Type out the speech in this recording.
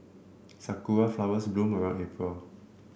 sakura flowers bloom around April